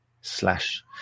slash